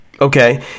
Okay